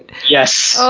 yes,